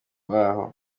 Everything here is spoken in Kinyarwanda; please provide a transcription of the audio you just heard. waho